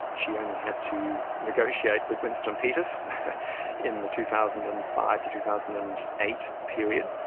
she only had to negotiate with winston peters in the two thousand and five to two thousand and eight period.